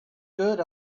good